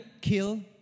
Kill